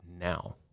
now